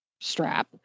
strap